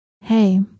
Hey